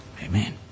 Amen